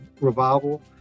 Revival